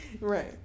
Right